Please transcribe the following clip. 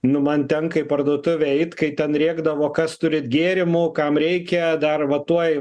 nu man tenka į parduotuvę eit kai ten rėkdavo kas turit gėrimų kam reikia dar va tuoj